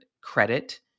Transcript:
credit